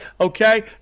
Okay